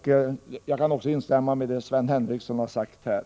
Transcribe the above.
Jag kan också instämma i vad Sven Henricsson här har sagt.